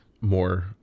more